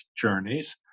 journeys